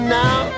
now